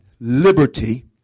liberty